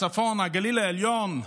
הצפון, הגליל העליון.